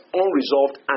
unresolved